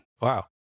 Wow